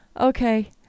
Okay